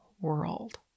world